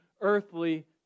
earthly